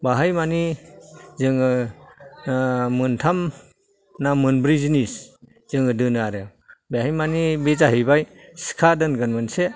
बाहाय माने जोङो मोन्थाम ना मोनब्रै जिनिस जोङो दोनो आरो बेवहाय माने बे जाहैबाय सिखा दोनगोन मोनसे